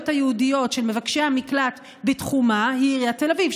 הייעודיות של מבקשי המקלט בתחומה היא עיריית תל אביב,